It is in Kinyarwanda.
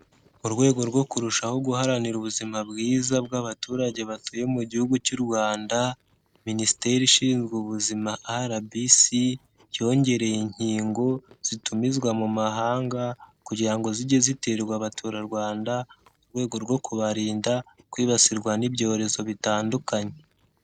Mu rwego rwo kurushaho guharanira ubuzima bwiza bw'abaturage batuye mu gihugu cy'u Rwanda, Minisiteri Ishinzwe Ubuzima RBC, yongereye inkingo zitumizwa mu mahanga kugira ngo zijye ziterwa abaturarwanda, mu rwego rwo kubarinda kwibasirwa n'ibyorezo bitandukanye.